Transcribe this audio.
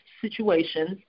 situations